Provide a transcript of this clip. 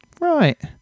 Right